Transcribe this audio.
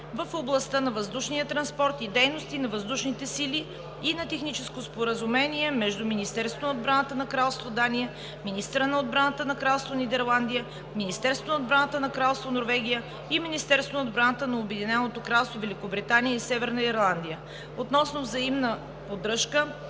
в областта на въздушния транспорт и дейности на военновъздушните сили и на Техническо споразумение между Министерството на отбраната на Кралство Дания, министъра на отбраната на Кралство Нидерландия, Министерството на отбраната на Кралство Норвегия и Министерството на отбраната на Обединеното кралство Великобритания и Северна Ирландия относно взаимна поддръжка